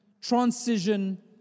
transition